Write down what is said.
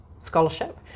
scholarship